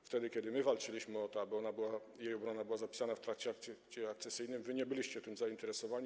Ale wtedy kiedy my walczyliśmy o to, aby jej obrona była zapisana w traktacie akcesyjnym, wy nie byliście tym zainteresowani.